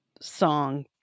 song